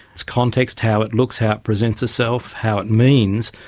its context, how it looks, how it presents itself, how it means,